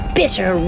bitter